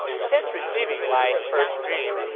since receiving my first dream,